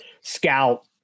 scout